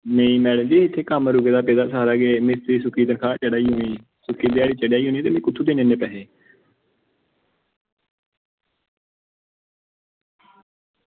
नेईं मैडम जी इत्थें कम्म रूके दा मिस्तरी दी सुक्की तन्खाह् चढ़ा दी सुक्की ध्याड़ी चढ़ा दी होनी ते में कुत्थुआं देने इन्ने पैसे